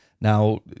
Now